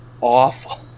awful